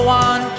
one